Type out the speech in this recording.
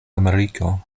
ameriko